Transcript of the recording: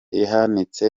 ihanitse